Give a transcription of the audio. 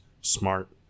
smart